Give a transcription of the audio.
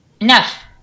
Enough